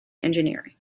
engineering